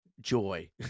Joy